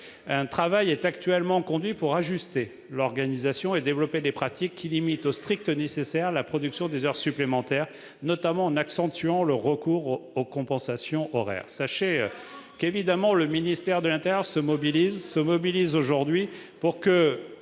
Un travail est actuellement conduit pour ajuster l'organisation et développer des pratiques qui limitent au strict nécessaire la production des heures supplémentaires, ... Il faut les payer !... notamment en accentuant le recours aux compensations horaires. C'est impossible ! Sachez que le ministère de l'intérieur se mobilise aujourd'hui pour que